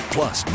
Plus